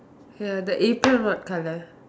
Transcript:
ya the apron what colour